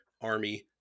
Army